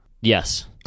Yes